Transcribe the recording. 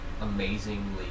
amazingly